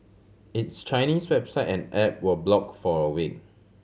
its Chinese website and app were block for a week